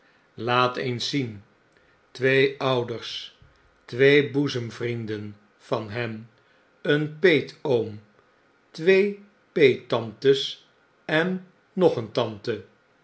laat eens zien twee ouders twee boezemvrienden van hen een peetoom twee peettantes en nog een tante